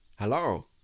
Hello